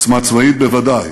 עוצמה צבאית בוודאי,